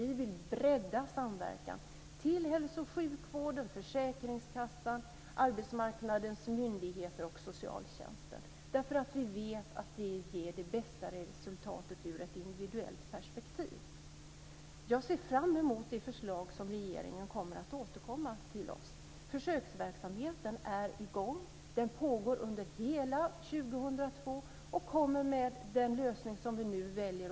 Vi vill bredda samverkan till hälso och sjukvården, försäkringskassan, arbetsmarknadens myndigheter och socialtjänsten, därför att vi vet att det ger det bästa resultatet från ett individuellt perspektiv. Jag ser fram emot det förslag som regeringen kommer att återkomma till oss med. Försöksverksamheten är i gång. Den pågår under hela 2002 och kommer med den lösning som vi nu väljer.